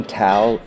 tell